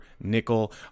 nickel